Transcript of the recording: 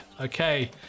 Okay